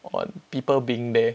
on people being there